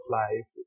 life